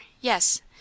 yes